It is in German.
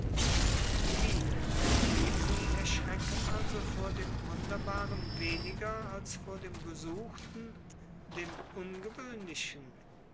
wie sie erschrecken also vor dem wunderbaren weniger als vor dem gesuchten dem ungewöhnlichen